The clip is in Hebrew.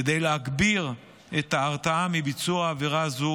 כדי להגביר את ההרתעה מביצוע עבירה זו